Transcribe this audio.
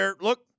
look